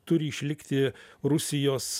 turi išlikti rusijos